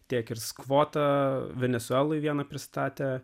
tiek ir skvotą venesueloje vieną pristatė